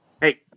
Hey